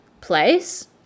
place